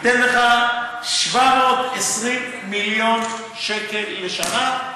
ייתן לך 720 מיליון שקל לשנה.